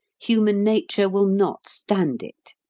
human nature will not stand it.